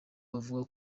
kuvuga